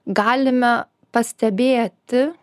galime pastebėti